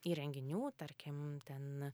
įrenginių tarkim ten